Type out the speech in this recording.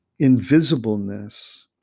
invisibleness